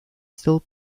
still